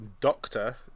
Doctor